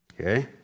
Okay